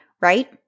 right